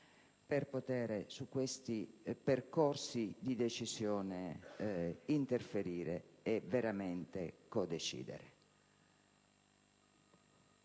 per poter su questi percorsi di decisione interferire e veramente codecidere.